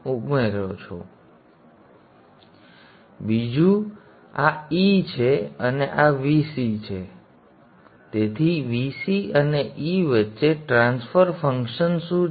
હવે બીજું આ e છે અને આ Vc છે તેથી Vc અને e વચ્ચે ટ્રાન્સફર ફંક્શન શું છે